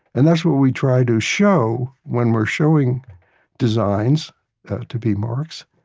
and that's what we try to show when we're showing designs to be marks,